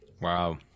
Wow